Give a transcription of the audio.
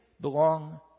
belong